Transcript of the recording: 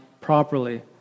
properly